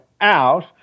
out